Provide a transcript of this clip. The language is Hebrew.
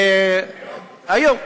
היום?